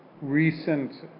recent